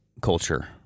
culture